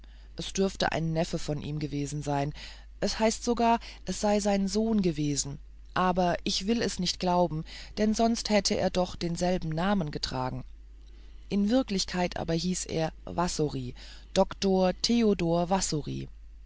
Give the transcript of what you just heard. es dürfte ein neffe von ihm gewesen sein es heißt sogar es sei sein sohn gewesen aber ich will es nicht glauben denn sonst hätte er doch denselben namen getragen in wirklichkeit aber hieß er wassory dr theodor